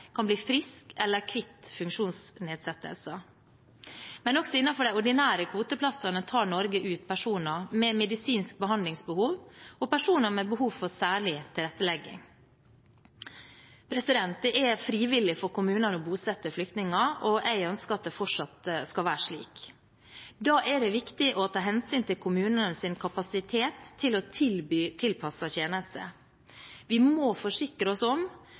kan bli friske eller bli kvitt funksjonsnedsettelser. Men også innenfor de ordinære kvoteplassene tar Norge ut personer med medisinsk behandlingsbehov og personer med behov for særlig tilrettelegging. Det er frivillig for kommunene å bosette flyktninger, og jeg ønsker at det fortsatt skal være slik. Da er det viktig å ta hensyn til kommunenes kapasitet til å tilby tilpasset tjeneste. Vi må så godt vi kan, forsikre oss om